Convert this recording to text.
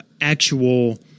actual